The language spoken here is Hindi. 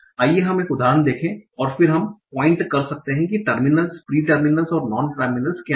आइए हम एक उदाहरण देखें और फिर हम पॉइंट कर सकते हैं कि टर्मिनल्स प्री टर्मिनल्स और नॉन टर्मिनल्स क्या हैं